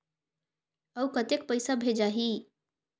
अउ कतेक पइसा भेजाही?